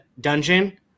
dungeon